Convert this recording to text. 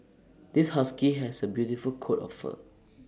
this husky has A beautiful coat of fur